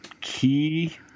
key